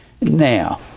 now